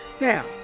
Now